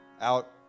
Out